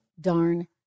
darn